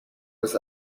was